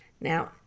Now